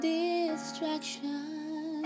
distraction